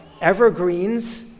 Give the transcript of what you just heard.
evergreens